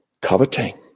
coveting